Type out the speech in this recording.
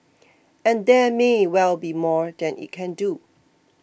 and there may well be more that it can do